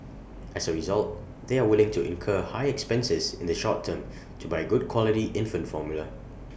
as A result they are willing to incur high expenses in the short term to buy good quality infant formula